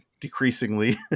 decreasingly